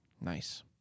Nice